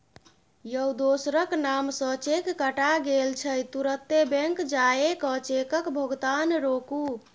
यौ दोसरक नाम सँ चेक कटा गेल छै तुरते बैंक जाए कय चेकक भोगतान रोकु